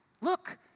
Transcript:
Look